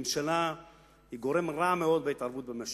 ממשלה היא גורם רע מאוד בהתערבות במשק.